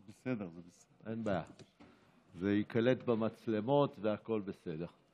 בסדר, אין בעיה, זה ייקלט במצלמות והכול בסדר.